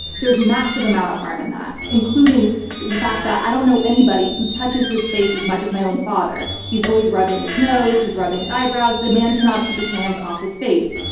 there's a massive amount of harm in that, including the fact that i don't know anybody who touches his face as much as my own father. he's always rubbing his nose, he's rubbing his eyebrows. the man cannot keep his hands off his face.